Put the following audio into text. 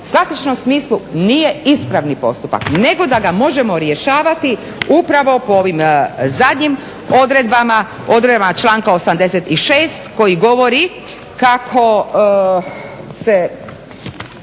u klasičnom smislu nije ispravni postupak nego da ga možemo rješavati upravo po ovim zadnjim odredbama, odredbama članka 86. koji govori kako se